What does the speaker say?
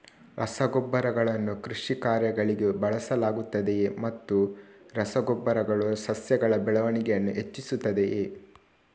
ರಸಗೊಬ್ಬರಗಳನ್ನು ಕೃಷಿ ಕಾರ್ಯಗಳಿಗೆ ಬಳಸಲಾಗುತ್ತದೆಯೇ ಮತ್ತು ರಸ ಗೊಬ್ಬರಗಳು ಸಸ್ಯಗಳ ಬೆಳವಣಿಗೆಯನ್ನು ಹೆಚ್ಚಿಸುತ್ತದೆಯೇ?